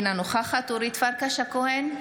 אינה נוכחת אורית פרקש הכהן,